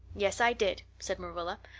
yes, i did, said marilla.